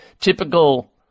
typical